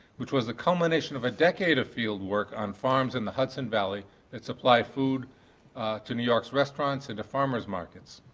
which was the culmination of a decade of fieldwork on farms in the hudson valley that supply food to new york's restaurants and the farmers' markets.